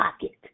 pocket